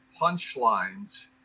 punchlines